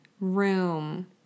room